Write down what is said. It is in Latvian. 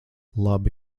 labi